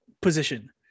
position